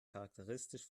charakteristisch